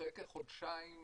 אחרי כחודשיים